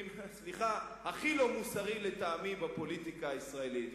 סליחה, הכי לא מוסרי לטעמי בפוליטיקה הישראלית.